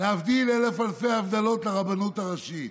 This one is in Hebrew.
להבדיל אלף אלפי הבדלות, לרבנות הראשית.